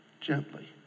gently